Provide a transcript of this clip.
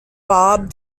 bob